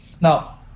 Now